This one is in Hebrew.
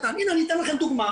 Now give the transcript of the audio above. הנה, אני אתן לכם דוגמה,